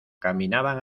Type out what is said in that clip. caminaban